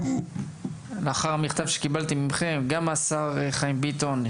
ולאחר המכתבים שקיבלתי מכם ומהשר חיים ביטון,